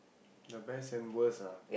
the best and worst ah